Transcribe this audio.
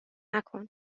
مکن